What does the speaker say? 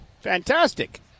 Fantastic